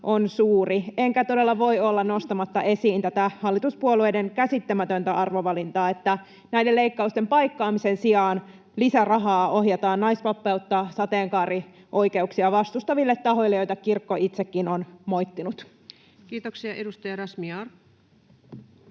on suuri. Enkä todella voi olla nostamatta esiin tätä hallituspuolueiden käsittämätöntä arvovalintaa, että näiden leikkausten paikkaamisen sijaan lisärahaa ohjataan naispappeutta ja sateenkaarioikeuksia vastustaville tahoille, joita kirkko itsekin on moittinut. Kiitoksia. — Edustaja Razmyar.